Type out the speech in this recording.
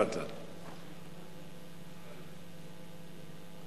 לאט לאט.